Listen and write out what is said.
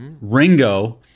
Ringo